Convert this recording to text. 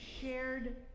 shared